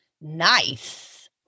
Nice